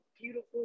beautiful